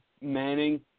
Manning